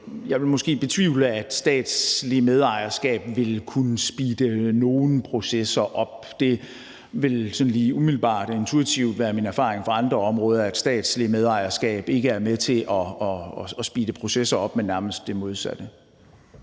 Jeg vil måske betvivle, at statsligt medejerskab vil kunne speede nogle processer op. Det vil sådan lige umiddelbart intuitivt være min erfaring fra andre områder, at statsligt medejerskab ikke er med til at speede processer op, men nærmest det modsatte.